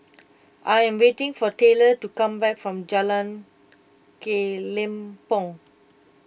I am waiting for Tyler to come back from Jalan Kelempong